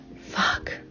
Fuck